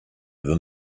than